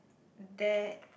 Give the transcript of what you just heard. there